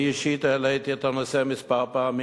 אני אישית העליתי את הנושא כמה פעמים,